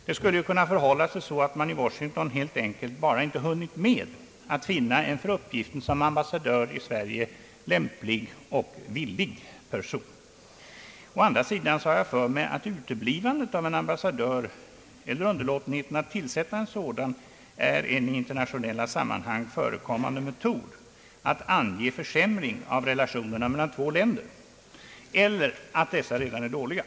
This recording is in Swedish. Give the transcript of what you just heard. Det skulle ju kunna förhålla sig så att man i Washington helt enkelt inte hunnit med att finna en för uppgiften i Sverige lämplig och villig person. Å andra sidan har jag för mig, att uteblivandet av en ambassadör eller underlåtenheten att tillsätta en sådan är en i internationella sammanhang förekommande metod att ange försämring i relationerna mellan två länder eller att dessa redan är dåliga.